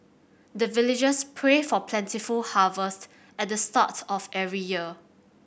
the villagers pray for plentiful harvest at the start of every year